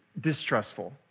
distrustful